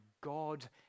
God